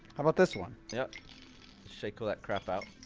about this one? yep shake all that crap out